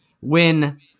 win